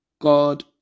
God